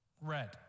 red